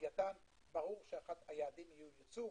בלוויתן ברור שאחד היעדים הוא ייצוא.